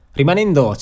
rimanendo